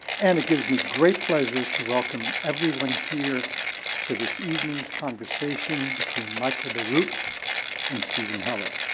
and it gives me great pleasure to welcome everyone here to this evening's conversation between michael bierut and steven heller.